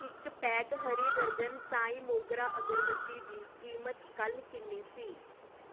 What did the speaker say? ਇੱਕ ਪੈਕ ਹਰੀ ਦਰਜਨ ਸਾਈ ਮੋਗਰਾ ਅਗਰਬੱਤੀ ਦੀ ਕੀਮਤ ਕੱਲ ਕਿੰਨੀ ਸੀ